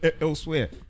elsewhere